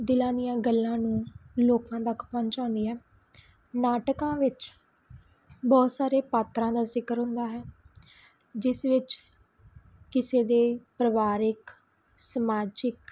ਦਿਲਾਂ ਦੀਆਂ ਗੱਲਾਂ ਨੂੰ ਲੋਕਾਂ ਤੱਕ ਪਹੁੰਚਾਉਂਦੀ ਹੈ ਨਾਟਕਾਂ ਵਿੱਚ ਬਹੁਤ ਸਾਰੇ ਪਾਤਰਾਂ ਦਾ ਜ਼ਿਕਰ ਹੁੰਦਾ ਹੈ ਜਿਸ ਵਿੱਚ ਕਿਸੇ ਦੇ ਪਰਿਵਾਰਕ ਸਮਾਜਿਕ